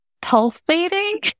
pulsating